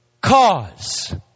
cause